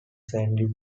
sandy